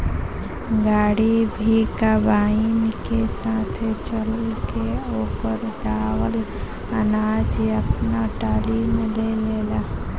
गाड़ी भी कंबाइन के साथे चल के ओकर दावल अनाज आपना टाली में ले लेला